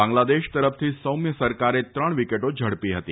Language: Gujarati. બાંગ્લાદેશ તરફથી સૌમ્ય સરકારે ત્રણ વિકેટો ઝડપી ફતી